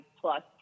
plus